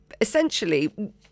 essentially